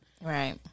right